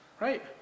right